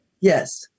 Yes